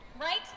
Right